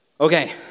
Okay